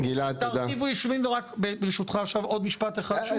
תרחיבו ישובים, רק ברשותך, עוד משפט אחד.